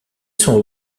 sont